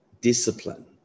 discipline